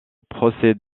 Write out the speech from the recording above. procès